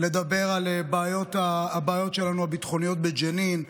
לדבר על הבעיות הביטחוניות שלנו בג'נין.